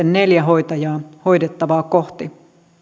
neljä hoitajaa hoidettavaa kohti